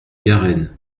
garenne